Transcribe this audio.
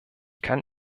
kann